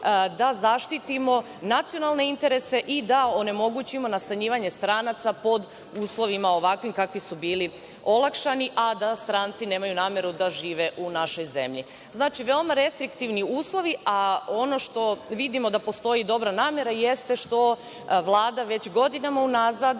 da zaštitimo nacionalne interese i da onemogućimo nastanjivanje stranaca po uslovima ovakvi kakvi su bili olakšani, a da stranci nemaju nameru da žive u našoj zemlji. Znači, veoma restriktivni uslovi, a ono što vidimo da postoji dobra namera jeste što Vlada već godinama unazad